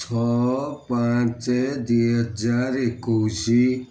ଛଅ ପାଞ୍ଚ ଦୁଇ ହଜାର ଏକୋଇଶି